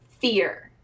fear